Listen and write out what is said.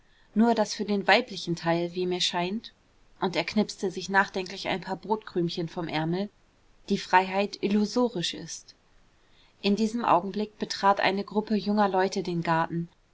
nur daß für den weiblichen teil wie mir scheint und er knipste sich nachdenklich ein paar brotkrümchen vom ärmel die freiheit illusorisch ist in diesem augenblick betrat eine gruppe junger leute den garten